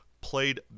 played